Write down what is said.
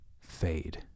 fade